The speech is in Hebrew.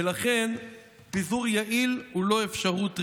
ולכן פיזור יעיל הוא לא אפשרות ריאלית.